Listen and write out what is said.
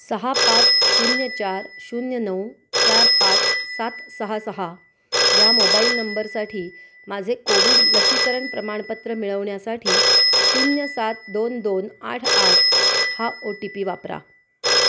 सहा पाच शून्य चार शून्य नऊ चार पाच सात सहा सहा या मोबाईल नंबरसाठी माझे कोविड लसीकरण प्रमाणपत्र मिळवण्यासाठी शून्य सात दोन दोन आठ आठ हा ओ टी पी वापरा